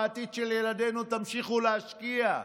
העתיד של ילדינו, תמשיכו להשקיע.